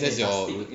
that's your rou~